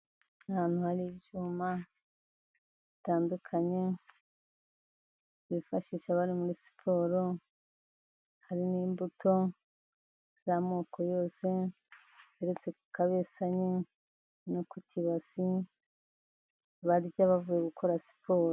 Ahantu hari ibyuma bitandukanye bifashisha abari muri siporo, hari n'imbuto z'amoko yose uretse kabesaye no ku kibasi barya bavuye gukora siporo.